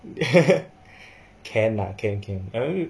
can lah can can !oi!